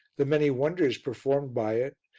the many wonders performed by it,